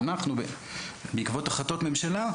בעקבות החלטות ממשלה,